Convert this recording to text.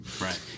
Right